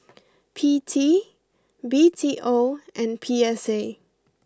P T B T O and P S A